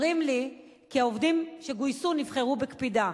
אומרים לי כי העובדים שגויסו נבחרו בקפידה,